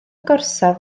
gorsaf